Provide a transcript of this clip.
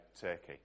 Turkey